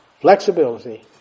flexibility